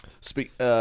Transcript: Speak